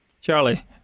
Charlie